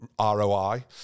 ROI